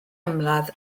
ymladd